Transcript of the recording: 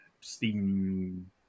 Steam